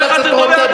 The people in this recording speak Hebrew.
חבר הכנסת רותם,